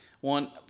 one